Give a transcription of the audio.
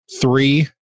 three